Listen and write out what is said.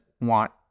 want